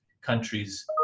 countries